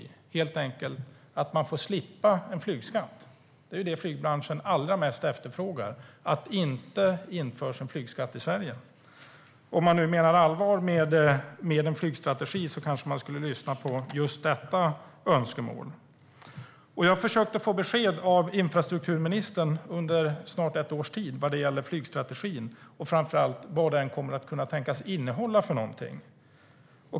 Det gäller helt enkelt att den får slippa en flygskatt. Det flygbranschen allra mest efterfrågar är att det inte införs en flygskatt i Sverige. Om man nu menar allvar med en flygstrategi kanske man skulle lyssna på just detta önskemål. Jag har försökt få besked av infrastrukturministern under snart ett års tid vad gäller flygstrategin och framför allt vad den kan tänkas komma att innehålla för någonting.